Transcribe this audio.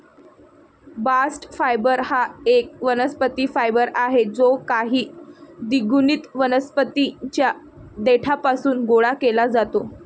bast fibre हा एक वनस्पती फायबर आहे जो काही द्विगुणित वनस्पतीं च्या देठापासून गोळा केला जातो